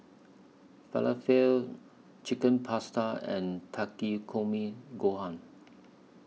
Falafel Chicken Pasta and Takikomi Gohan